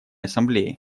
ассамблее